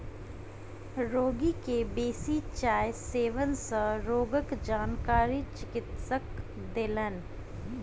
रोगी के बेसी चाय सेवन सँ रोगक जानकारी चिकित्सक देलैन